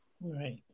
Right